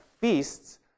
feasts